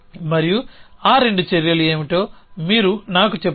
మరియు ఆ రెండు చర్యలు ఏమిటో మీరు నాకు చెప్పండి